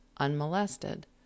unmolested